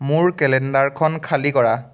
মোৰ কেলেণ্ডাৰখন খালী কৰা